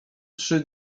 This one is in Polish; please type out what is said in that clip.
trzy